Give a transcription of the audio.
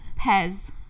Pez